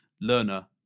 learner